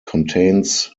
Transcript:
contains